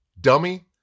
dummy